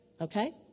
Okay